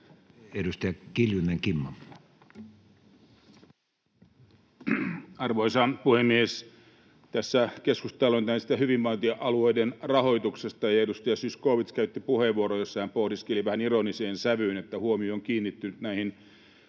Edustaja Kiljunen, Kimmo. Arvoisa puhemies! Tässä on keskusteltu hyvinvointialueiden rahoituksesta, ja edustaja Zyskowicz käytti puheenvuoron, jossa hän pohdiskeli vähän ironiseen sävyyn, että huomio on kiinnittynyt näihin